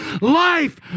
life